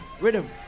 Rhythm